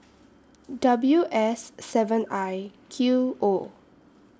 W S seven I Q O